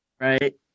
right